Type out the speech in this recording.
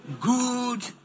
Good